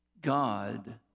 God